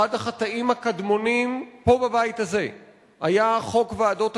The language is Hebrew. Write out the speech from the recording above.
אחד החטאים הקדמונים פה בבית הזה היה חוק ועדות הקבלה,